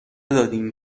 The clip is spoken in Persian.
دادین